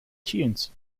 tunes